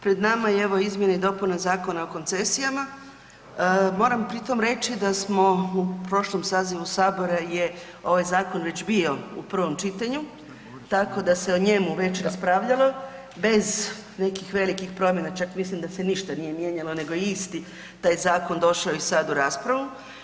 Pred nama je evo izmjene i dopuna Zakona o koncesijama, moram pri tom reći da smo u prošlom sazivu Sabora je ovaj zakon već bio u prvom čitanju tako da se o njemu već raspravljalo bez nekih velikih promjena, čak mislim da se ništa nije mijenjalo nego je isti taj zakon došao i sad u raspravu.